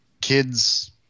kids